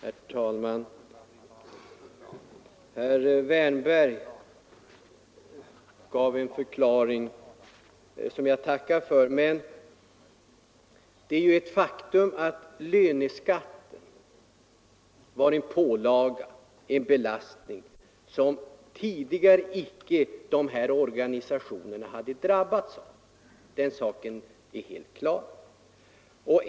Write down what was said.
Herr talman! Herr Wärnberg gav en förklaring som jag tackar för. Faktum är att löneskatten blev en belastning, en pålaga, som dessa organisationer tidigare icke hade drabbats av. Den saken är helt klar.